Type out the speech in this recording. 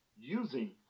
using